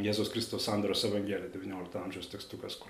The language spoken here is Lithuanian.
jėzaus kristaus sandoros evangelija devyniolikto amžiaus tekstukas kur